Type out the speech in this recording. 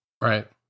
right